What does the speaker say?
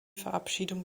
verabschiedung